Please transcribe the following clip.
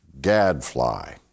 gadfly